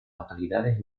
localidades